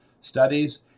studies